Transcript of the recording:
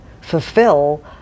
fulfill